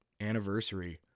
anniversary